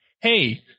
Hey